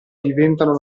diventano